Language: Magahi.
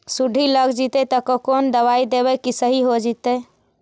सुंडी लग जितै त कोन दबाइ देबै कि सही हो जितै?